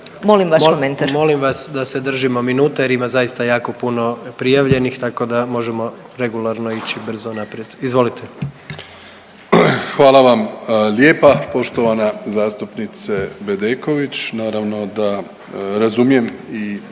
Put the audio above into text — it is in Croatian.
Molim vas da se držimo minuta jer ima zaista jako puno prijavljenih tako da možemo regularno ići brzo naprijed. Izvolite. **Plenković, Andrej (HDZ)** Hvala vam lijepa poštovana zastupnice Bedeković. Naravno da razumijem i